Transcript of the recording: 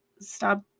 Stop